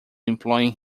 employing